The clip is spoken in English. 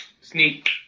sneak